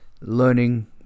learning